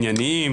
ענייניים,